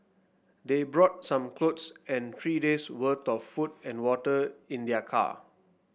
they brought some clothes and three days worth of food and water in their car